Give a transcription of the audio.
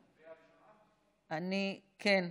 טוב.